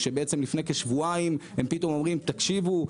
כשבעצם לפני כשבועיים הם פתאום אומרים 'תקשיבו,